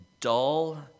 dull